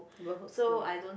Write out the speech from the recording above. neighbourhood school ah